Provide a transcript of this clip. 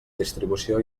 distribució